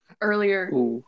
earlier